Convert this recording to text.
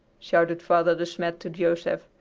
shouted father de smet to joseph,